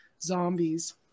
zombies